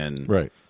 Right